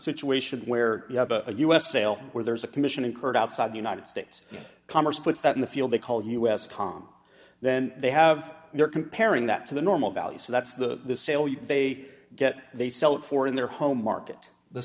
situation where you have a u s sale where there's a commission incurred outside the united states commerce puts that in the field they call us com then they have they're comparing that to the normal value so that's the sale you they get they sell it for in their home market the